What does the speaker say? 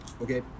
Okay